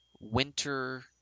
winter